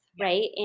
right